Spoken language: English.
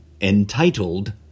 entitled